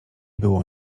było